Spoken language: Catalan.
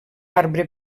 arbre